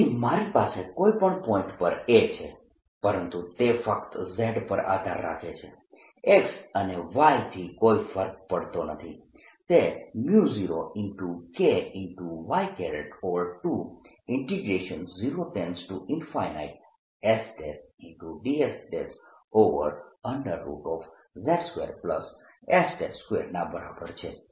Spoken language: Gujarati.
તેથી તમારી પાસે કોઈ પણ પોઇન્ટ પર A છે પરંતુ તે ફક્ત z પર આધાર રાખે છે x અને y થી કોઈ ફર્ક પડતો નથી તે 0Ky20sdsz2s2 ના બરાબર છે